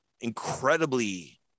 incredibly